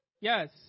Yes